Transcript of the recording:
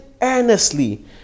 earnestly